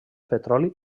petroli